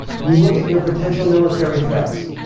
you look at your potential military threats.